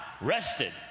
rested